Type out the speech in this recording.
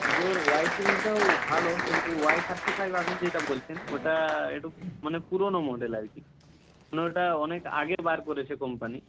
ভিভোর ওয়াই সিরিজটাও ভালো কিন্তু ওয়াই থার্টি ফাইভ আপনি যেটা বলছেন ওটা একটু মানে পুরনো মডেল আর কি মানে ওটা অনেক আগে বার করেছে কোম্পানি